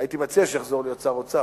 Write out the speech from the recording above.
הייתי מציע שהוא יחזור להיות שר אוצר.